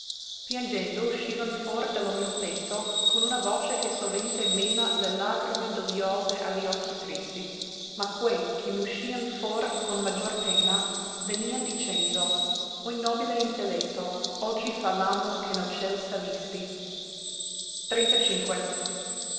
piangendo uscivan for de lo mio petto con una voce che sovente mena le lagrime dogliose a li occhi tristi ma quei che n'uscian for con maggior pena venian dicendo oi nobile intelletto oggi fa l'anno che nel ciel salisti